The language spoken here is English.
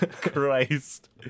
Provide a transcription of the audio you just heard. Christ